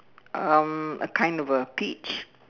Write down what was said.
um a kind of a peach